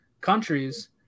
countries